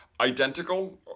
identical